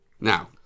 Now